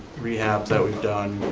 rehabs that we've done,